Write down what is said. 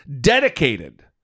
dedicated